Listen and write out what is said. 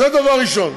זה דבר ראשון.